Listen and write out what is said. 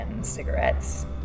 cigarettes